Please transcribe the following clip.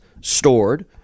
stored